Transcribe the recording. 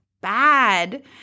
bad